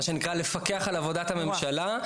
מה שנקרא לפקח על עבודת הממשלה,